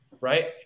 Right